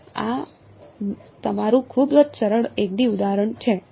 તો આ તમારું ખૂબ જ સરળ 1 D ઉદાહરણ છે